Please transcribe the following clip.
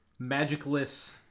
magicless